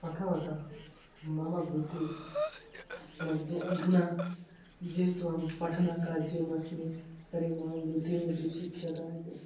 प्रथमतः मम वृत्तिः मद्दु अधुना जेतुम् अहं पठनकार्यमस्मि तर्हि मम वृत्तिः भवति शिक्षकः इति